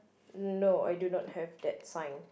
no I do not have that sign